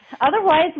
Otherwise